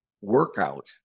workout